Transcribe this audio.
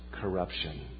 corruption